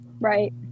Right